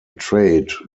trade